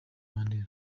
mandela